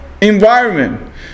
environment